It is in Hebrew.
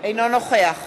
אינו נוכח